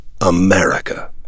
America